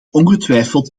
ongetwijfeld